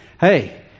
Hey